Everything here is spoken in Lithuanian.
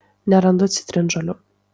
nerandu citrinžolių